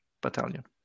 Battalion